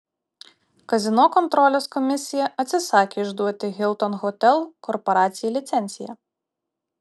kazino kontrolės komisija atsisakė išduoti hilton hotel korporacijai licenciją